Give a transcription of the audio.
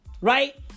Right